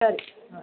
ಸರಿ ಹಾಂ